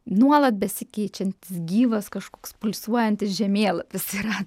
nuolat besikeičiantis gyvas kažkoks pulsuojantis žemėlapis yra